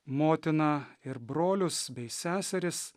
motiną ir brolius bei seseris